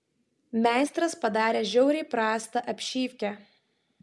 meistras padarė žiauriai prastą apšyvkę